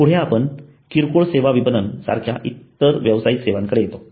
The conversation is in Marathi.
पुढे आपण किरकोळ सेवा विपणन सारख्या इतर व्यावसायिक सेवांकडे येतो